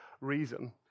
reason